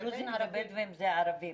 דרוזים ובדואים זה ערבים.